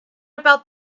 about